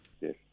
Yes